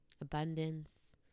abundance